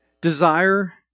desire